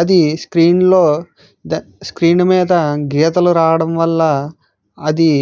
అది స్క్రీన్లో స్క్రీన్ మీద గీతలు రావడం వల్ల అది